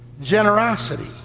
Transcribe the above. generosity